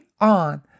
on